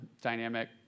dynamic